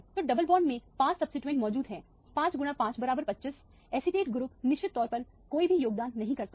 तो double bond में 5 substituent मौजूद है 5x525 एसीटेट ग्रुप निश्चित तौर पर कोई भी योगदान नहीं करता है